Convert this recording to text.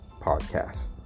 Podcast